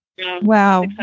wow